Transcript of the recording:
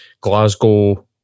glasgow